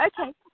Okay